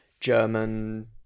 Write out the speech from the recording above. German